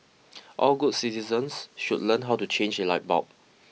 all good citizens should learn how to change a light bulb